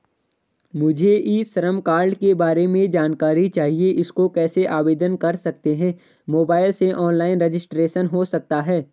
मुझे e Shram card के बारे में जानकारी चाहिए इसको कैसे आवेदन कर सकते हैं मोबाइल से ऑनलाइन रजिस्ट्रेशन हो सकता है?